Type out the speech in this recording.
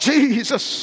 Jesus